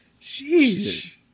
Sheesh